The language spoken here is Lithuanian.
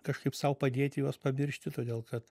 kažkaip sau padėti juos pamiršti todėl kad